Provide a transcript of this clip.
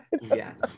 Yes